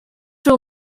will